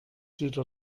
wieder